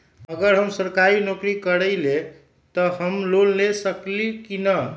अगर हम सरकारी नौकरी करईले त हम लोन ले सकेली की न?